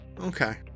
Okay